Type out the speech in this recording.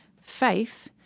faith